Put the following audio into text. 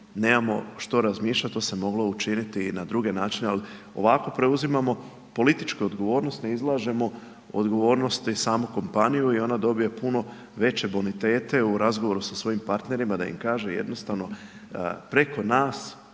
nemamo što razmišljat, to se moglo učiniti i na druge načine, ali ovako preuzimamo političke odgovornosti, ne izlažemo odgovornosti samo kompaniju i ona dobiva puno veće bonitete u razgovoru sa svojim partnerima da im kaže jednostavno preko nas